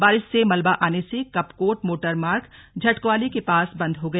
बारिश से मलबा आने से कपकोट मोटर मार्ग झटक्वाली के पास बंद हो गया